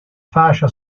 fascia